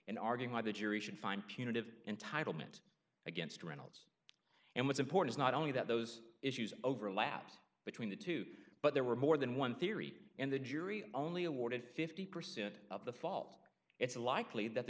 in arguing why the jury should find punitive entitlement against reynolds and what's important is not only that those issues overlaps between the two but there were more than one theory and the jury only awarded fifty percent of the fault it's likely that the